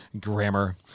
Grammar